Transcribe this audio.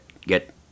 get